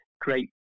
great